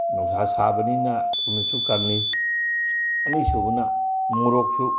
ꯅꯨꯡꯁꯥ ꯁꯥꯕꯅꯤꯅ ꯊꯨꯅꯁꯨ ꯀꯪꯏ ꯑꯅꯤꯁꯨꯕ ꯃꯣꯔꯣꯛꯁꯨ